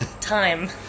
time